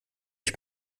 ich